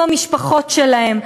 עם המשפחות שלהם,